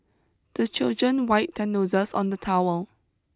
the children wipe their noses on the towel